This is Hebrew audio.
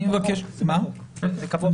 אז אני מבקש --- זה קבוע בחוק.